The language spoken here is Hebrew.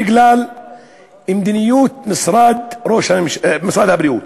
בגלל מדיניות משרד הבריאות.